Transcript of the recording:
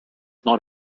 not